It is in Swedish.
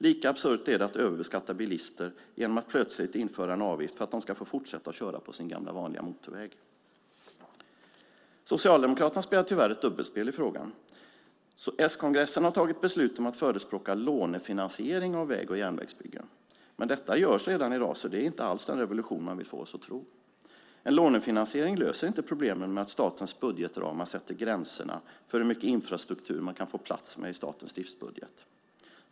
Lika absurt är det att överbeskatta bilister genom att plötsligt införa en avgift för att de ska få fortsätta att köra på sin gamla vanliga motorväg. Socialdemokraterna spelar tyvärr ett dubbelspel i frågan. S-kongressen har fattat beslut om att förespråka lånefinansiering av väg och järnvägsbyggen. Men detta görs redan i dag så det är inte alls den revolution som de vill få oss att tro. En lånefinansiering löser inte problemen med att statens budgetramar sätter gränserna för hur mycket infrastruktur man kan få plats med i statens driftbudget.